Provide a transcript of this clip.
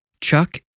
Chuck